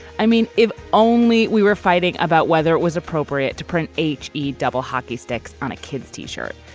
i mean if only we were fighting about whether it was appropriate to print h e double hockey sticks on a kid's t-shirt.